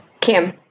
Kim